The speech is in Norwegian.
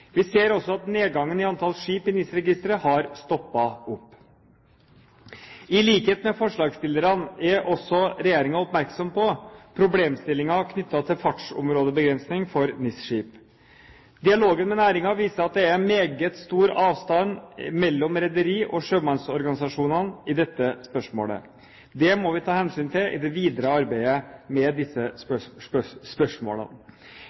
Vi ser også at nedgangen i antall skip i NIS-registeret har stoppet opp. I likhet med forslagsstillerne er også regjeringen oppmerksom på problemstillingene knyttet til fartsområdebegrensning for NIS-skip. Dialogen med næringen viser at det er meget stor avstand mellom rederi- og sjømannsorganisasjonene i dette spørsmålet. Det må vi ta hensyn til i det videre arbeidet med disse spørsmålene.